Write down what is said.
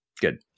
Good